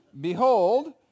Behold